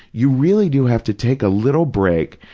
you really do have to take a little break